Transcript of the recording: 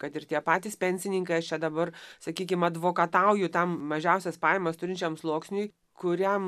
kad ir tie patys pensininkai aš čia dabar sakykim advokatauju tam mažiausias pajamas turinčiam sluoksniui kuriam